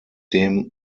dem